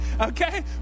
Okay